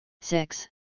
Six